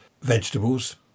vegetables